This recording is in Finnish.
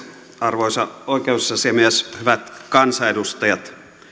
arvoisa oikeusasiamies hyvät kansanedustajat